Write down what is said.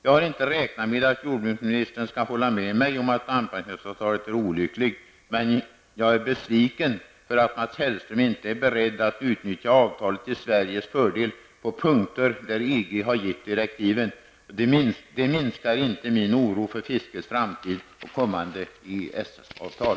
Jag har inte räknat med att jordbruksministern skall hålla med mig om att anpassningsavtalet är olyckligt. Men jag är besviken på att Mats Hellström inte är beredd att utnyttja avtalet till Sveriges fördel på punkter där EG har gett direktiven. Det minskar inte min oro för fiskets framtid och kommande EES-avtal.